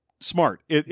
smart